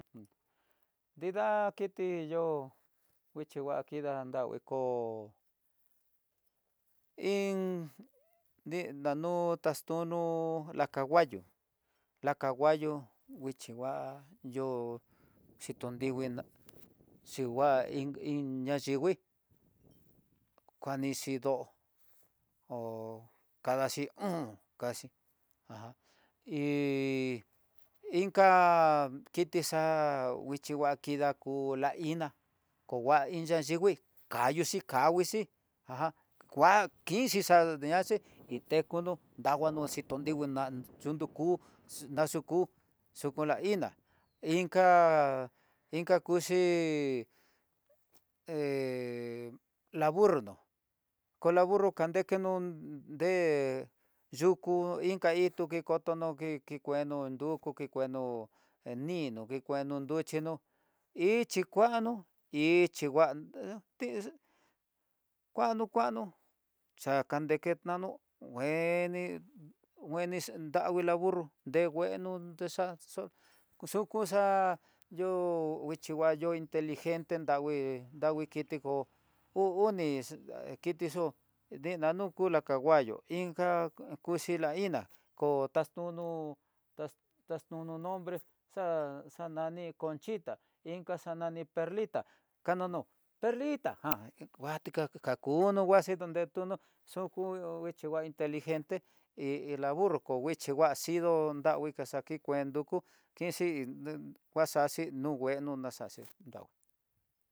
Nrida kiti yo, nguixhi ngua kida nravii koo, iin di nanuta taxtuno la canguallo, la kanguallo nguixi va'á yó xhikonrivina dingua iin iin ñayingui, kuanixi ndó hóoo kadaxhi ón kadaxhi hí inka kiti xa'á, nguingua kidako la iná ko ngui iin yan yevii kayoxi kanguixhí, kua inxhi xaniñaxe intekuno danguano xhitoninguo nan, yudun kú nació kú, yuku la iná inka inka kuxhi hé la burro no kon la burro kandekenó, ndé yukú inka kotono kekueno nduku que kueno hé ninó ke kueno nruxhinó, ixhí kuano ixhi nguan há tixhi, kuano kuano xakandeke tanó ngueni, ngueni ndavii la burro, dengueno xa xo xukuxa yo'ó nguchonguayo inteligente, ndangui, ndangui kiti kó uu oni kiti xó denano ku lacanguayó, inka kuxhii la iná ko taxtono taxno nombre xa xa nani conchita inka xa nani perlita, kanano perlita jan nguate kakuno nguase donde tuno xuku nguexhi va'a inteligente in iin la burro kó nguaxhi va'a xhidó nangui xaka ken ndukó kenxhi de nguaxaxhi nu ngueno naxachi nangui.